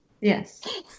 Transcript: Yes